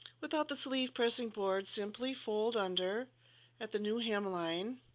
without the sleeve pressing board, simply fold under at the new hem line